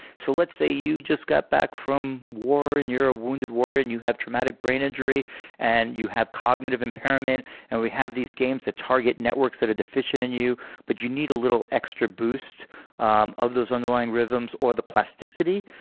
so let's say you just got back from war and you're a wounded warrior and you have traumatic brain injury and you have cognitive impairment and we have these games that target networks that are deficient in you but you need a little extra boost um of those underlying rhythms, or the plasticity?